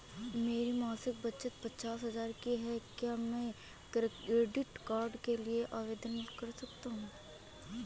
मेरी मासिक बचत पचास हजार की है क्या मैं क्रेडिट कार्ड के लिए आवेदन कर सकता हूँ?